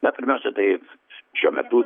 na pirmiausia tai šiuo metu